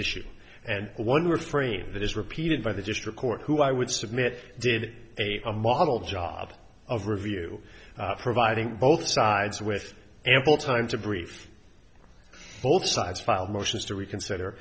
issue and one refrain that is repeated by the district court who i would submit did a model job of review providing both sides with ample time to brief both sides filed motions to reconsider